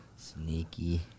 sneaky